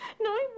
No